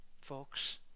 folks